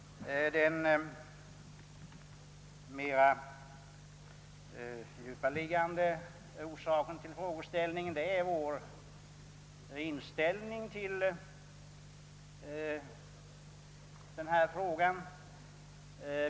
Den djupare liggande anledningen till frågan är vår egen inställning till detta spörsmål.